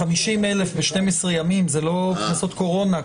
--- 50,000 ב-12 יום זה לא קנסות קורונה.